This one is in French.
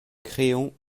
créon